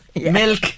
milk